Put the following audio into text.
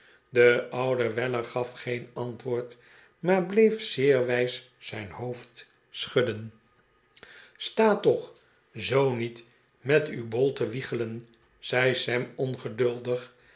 de oude weller gaf geen antwoord maar blocf zeer wijs zijn hoofd schudden sta toch zoo niet met uw bol te wiegelen zei sam